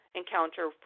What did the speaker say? encounter